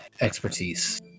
expertise